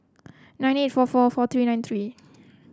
nine eight four four four three nine three